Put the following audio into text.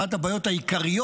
אחת הבעיות העיקריות